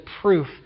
proof